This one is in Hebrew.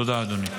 תודה, אדוני.